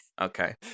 Okay